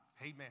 Amen